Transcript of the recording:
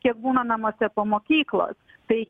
kiek būna namuose po mokyklos tai